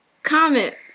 comment